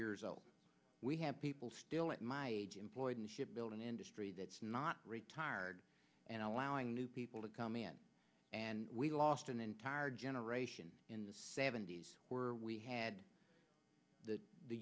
years old we have people still at my age employed in shipbuilding industry that's not retired and allowing new people to come in and we lost an entire generation in the seventy's where we had th